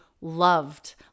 loved